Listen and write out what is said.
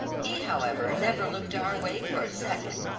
he, however, never looked our way for a second.